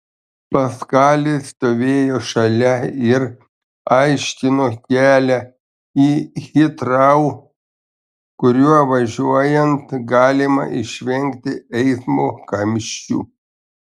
paskalis stovėjo šalia ir aiškino kelią į hitrou kuriuo važiuojant galima išvengti eismo kamščių